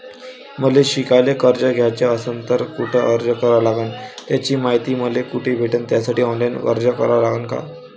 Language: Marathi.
मले शिकायले कर्ज घ्याच असन तर कुठ अर्ज करा लागन त्याची मायती मले कुठी भेटन त्यासाठी ऑनलाईन अर्ज करा लागन का?